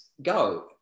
go